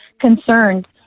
concerned